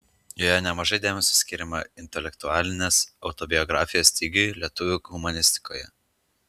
joje nemažai dėmesio skiriama intelektualinės autobiografijos stygiui lietuvių humanistikoje